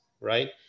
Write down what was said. right